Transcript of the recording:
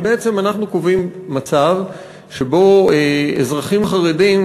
כי אנחנו קובעים מצב שבו אזרחים חרדים,